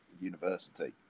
university